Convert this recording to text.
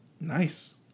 nice